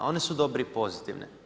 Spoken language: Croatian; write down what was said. One su dobre i pozitivne.